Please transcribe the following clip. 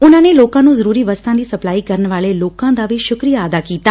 ਉਨੂਂ ਨੇ ਲੋਕਾਂ ਨੂੰ ਜਰੂਰੀ ਵਸਤਾਂ ਦੀ ਸਪਲਾਈ ਕਰਨ ਵਾਲੇ ਲੋਕਾਂ ਦਾ ਵੀ ਸ਼ੁਕਰੀਆ ਅਦਾ ਕੀਤਾ